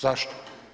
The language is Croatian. Zašto?